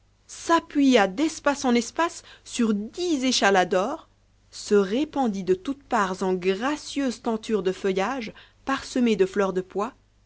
s'appuya d'espace en espace sur dix échalas d'or se répandit de toutes parts en gracieuses tentures de feuillage parsemées de fleurs de pois